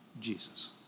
Jesus